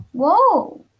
whoa